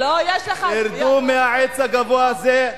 תרדו מהעץ הגבוה הזה,